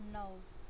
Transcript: નવ